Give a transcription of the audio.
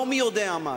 לא מי-יודע-מה.